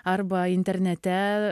arba internete